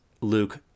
Luke